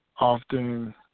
often